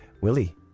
Willie